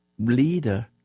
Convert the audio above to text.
leader